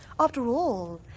after all,